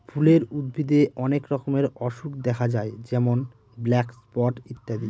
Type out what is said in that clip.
ফুলের উদ্ভিদে অনেক রকমের অসুখ দেখা যায় যেমন ব্ল্যাক স্পট ইত্যাদি